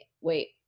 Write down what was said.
wait